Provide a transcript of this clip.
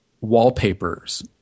wallpapers